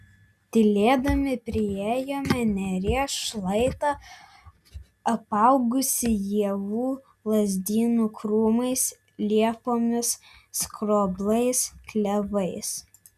tylėdami priėjome neries šlaitą apaugusį ievų lazdynų krūmais liepomis skroblais klevais